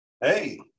Hey